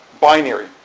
binary